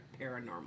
paranormal